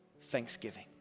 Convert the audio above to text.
thanksgiving